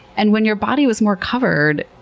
and when your body was more covered,